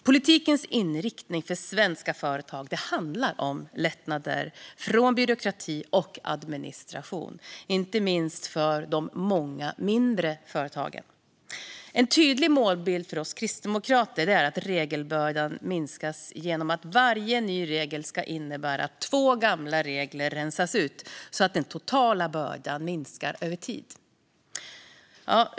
Politikens inriktning för svenska företag handlar om lättnader från byråkrati och administration, inte minst för de många mindre företagen. En tydlig målbild för oss kristdemokrater är att regelbördan minskas genom att varje ny regel ska innebära att två gamla regler rensas ut så att den totala bördan minskar över tid.